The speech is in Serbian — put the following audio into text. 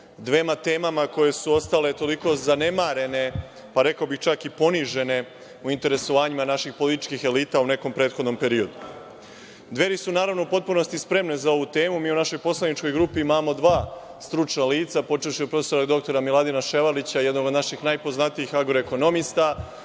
dvema temama koje su ostale toliko zanemarene, rekao bih čak i ponižene, u interesovanjima naših političkih elita u nekom prethodnom periodu. Dveri su, naravno, u potpunosti spremne za ovu temu. Mi u našoj poslaničkoj grupi imamo dva stručna lica, počevši od prof. dr Miladina Ševarlića, jednog od naših najpoznatijih agroekonomista,